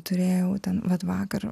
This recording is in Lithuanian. turėjau ten vat vakar